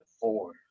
four